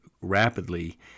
rapidly